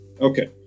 Okay